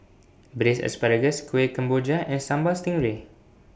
Braised Asparagus Kueh Kemboja and Sambal Stingray